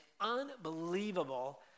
unbelievable